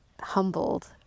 humbled